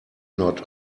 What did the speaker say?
not